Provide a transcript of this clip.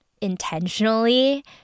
intentionally